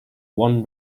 one